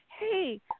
hey